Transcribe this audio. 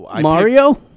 Mario